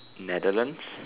Netherlands